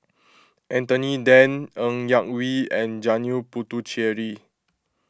Anthony then Ng Yak Whee and Janil Puthucheary